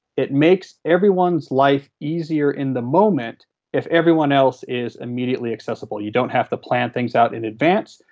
it makes everyone's life easier in the moment if everyone else is immediately accessible. you don't have to plan things out in advance,